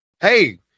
hey